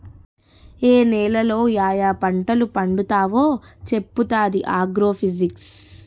ఏ నేలలో యాయా పంటలు పండుతావో చెప్పుతాది ఆగ్రో ఫిజిక్స్